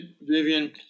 Vivian